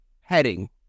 Heading